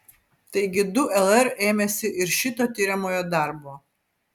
taigi du lr ėmėsi ir šito tiriamojo darbo